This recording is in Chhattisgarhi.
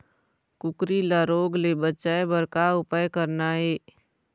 कुकरी ला रोग ले बचाए बर का उपाय करना ये?